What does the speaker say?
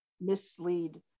mislead